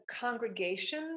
congregation